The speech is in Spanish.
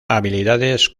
habilidades